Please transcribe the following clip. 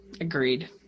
Agreed